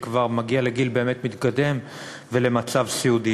שכבר מגיע לגיל באמת מתקדם ולמצב סיעודי.